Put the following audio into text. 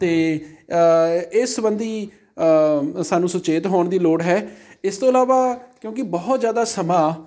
ਅਤੇ ਇਸ ਸਬੰਧੀ ਸਾਨੂੰ ਸੁਚੇਤ ਹੋਣ ਦੀ ਲੋੜ ਹੈ ਇਸ ਤੋਂ ਇਲਾਵਾ ਕਿਉਂਕਿ ਬਹੁਤ ਜ਼ਿਆਦਾ ਸਮਾਂ